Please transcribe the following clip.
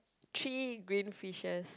three green fishes